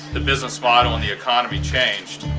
the business model and the economy changed,